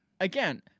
Again